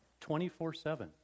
24-7